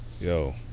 Yo